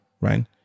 right